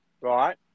right